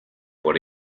por